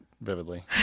vividly